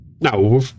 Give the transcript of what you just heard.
No